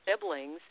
siblings